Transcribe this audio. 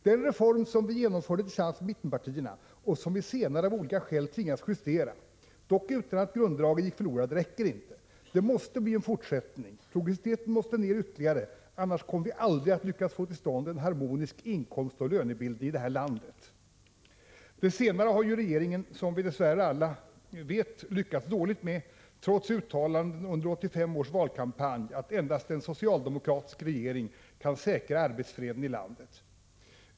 Den reform, som vi genomförde tillsammans med mittenpartierna och som vi sedan av olika skäl tvingades justera — dock utan att grunddragen gick förlorade — räcker inte. Det måste bli en fortsättning. Progressiviteten måste ner ytterligare — annars kommer vi aldrig att lyckas få till stånd en harmonisk inkomstoch lönebildning i det här landet.” Det senare har regeringen dess värre, som vi alla vet, lyckats dåligt med, trots uttalanden under 1985 års valkampanj om att endast en socialdemokratisk regering kan säkra arbetsfreden i landet.